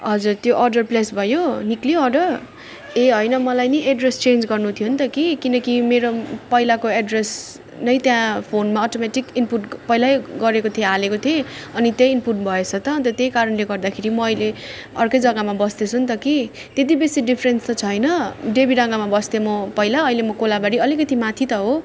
हजुर त्यो order place भयो निस्क्यो अर्डर ए होइन मलाई नि एड्रेस चेन्ज गर्नु थियो नि त कि किनकि मेरो पहिलाको एड्रेस नै त्यहाँ फोनमा अटोमेटिक इनपुट पहिल्यै गरेको थिएँ हालेको थिएँ अनि त्यही इनपुट भएछ त अन्त त्यही कारणले गर्दाखेरि म अहिले अर्कै जगामा बस्दै छु नि त कि त्यति बेसी डिफ्रेन्स त छैन डेवीडाङ्गामा बस्थे म पहिला अहिले म कोलाबारी अलिकति माथि त हो